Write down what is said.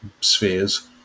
spheres